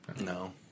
No